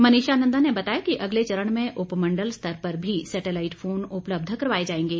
मनीषा नंदा ने बताया कि अगले चरण में उपमंडल स्तर पर भी सैटेलाईट फोन उपलब्ध करवाए जाएंगे